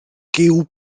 gyw